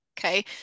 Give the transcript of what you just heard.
Okay